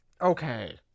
okay